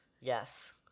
Yes